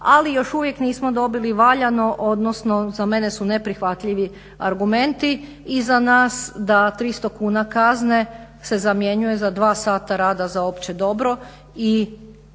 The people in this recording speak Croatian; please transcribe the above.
Ali još uvijek nismo dobili valjano odnosno za mene su neprihvatljivi argumenti i za nas da 300 kuna kazne se zamjenjuje za 2 sata rada za opće dobro